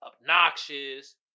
Obnoxious